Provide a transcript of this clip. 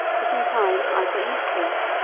but in time i got used to it.